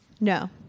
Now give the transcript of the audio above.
No